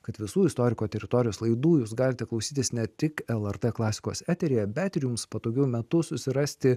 kad visų istoriko teritorijos laidų jūs galite klausytis ne tik lrt klasikos eteryje bet ir jums patogiu metu susirasti